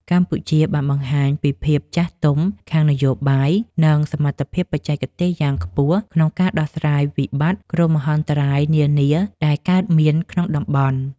កម្ពុជាបានបង្ហាញពីភាពចាស់ទុំខាងនយោបាយ និងសមត្ថភាពបច្ចេកទេសយ៉ាងខ្ពស់ ក្នុងការដោះស្រាយវិបត្តិគ្រោះមហន្តរាយនានាដែលកើតមានក្នុងតំបន់។